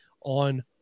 on